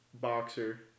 boxer